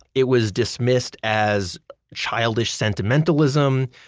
it was dismissed as childish sentimentalism,